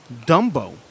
Dumbo